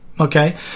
Okay